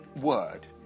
word